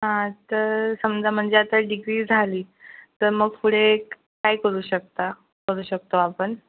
हां तर समजा म्हणजे आता डिग्री झाली तर मग पुढे काय करू शकता करू शकतो आपण